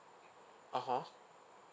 (uh huh)